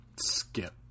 Skip